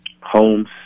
homes